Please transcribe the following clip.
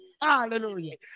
Hallelujah